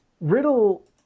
Riddle